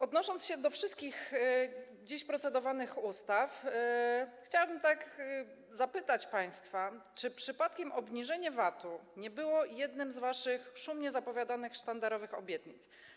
Odnosząc się do wszystkich procedowanych dziś ustaw, chciałabym zapytać państwa, czy przypadkiem obniżenie VAT-u nie było jedną z waszych szumnie zapowiadanych sztandarowych obietnic.